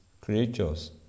creatures